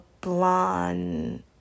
blonde